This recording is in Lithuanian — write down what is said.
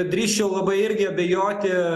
drįsčiau labai irgi abejoti